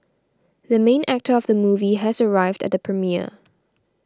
the main actor of the movie has arrived at the premiere